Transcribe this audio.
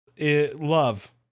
Love